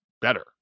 better